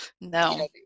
No